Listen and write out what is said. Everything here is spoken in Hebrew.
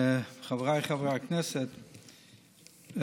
חבריי חברי הכנסת,